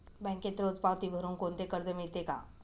बँकेत रोज पावती भरुन कोणते कर्ज मिळते का?